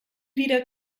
wieder